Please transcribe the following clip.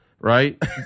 right